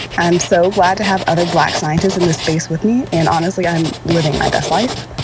i am so glad to have other black scientists in this space with me, and honestly, i'm living my best life.